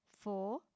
four